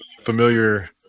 familiar